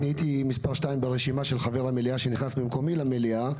הייתי מס' 2 ברשימה של חבר המליאה שנכנס במקומי למליאה,